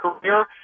career